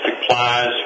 supplies